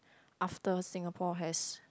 after Singapore has